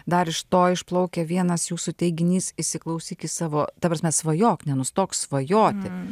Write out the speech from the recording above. dar iš to išplaukia vienas jūsų teiginys įsiklausyk į savo ta prasme svajok nenustok svajoti